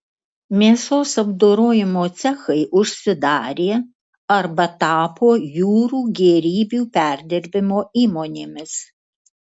mėsos apdorojimo cechai užsidarė arba tapo jūrų gėrybių perdirbimo įmonėmis